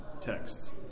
texts